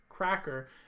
cracker